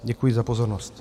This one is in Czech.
Děkuji za pozornost.